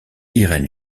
irène